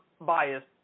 biased